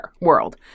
world